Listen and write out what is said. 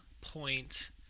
point